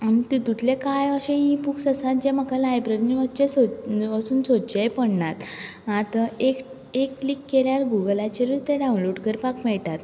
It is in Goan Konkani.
आनी तेतूंतले कांय इ बूक्स अशें आसाता जे म्हाका लायब्ररीन वचून सोदचेय पडनात आतां एक एक क्लीक केल्यारच गुगलाचेर ते डावनलोड करपाक मेळटात